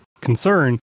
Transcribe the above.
concern